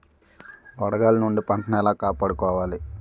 వడగాలి నుండి పంటను ఏలా కాపాడుకోవడం?